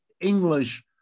English